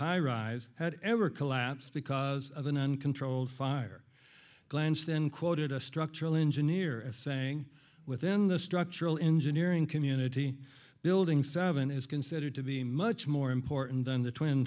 high rise had ever collapsed because of an uncontrolled fire glance then quoted a structural engineer as saying within the structural engineering community building seven is considered to be much more important than the twin